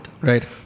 right